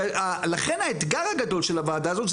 לכן האתגר הגדול של הוועדה הזאת,